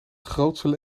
grootste